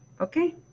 Okay